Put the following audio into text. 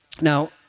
Now